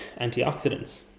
antioxidants